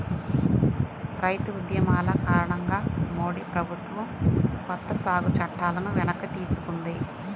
రైతు ఉద్యమాల కారణంగా మోడీ ప్రభుత్వం కొత్త సాగు చట్టాలను వెనక్కి తీసుకుంది